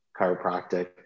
chiropractic